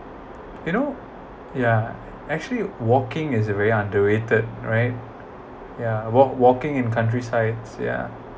you know ya actually walking is a very underrated right yeah walk walking in countries sides yeah